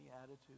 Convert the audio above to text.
attitude